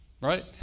Right